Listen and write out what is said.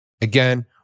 Again